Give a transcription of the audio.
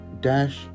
dash